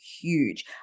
huge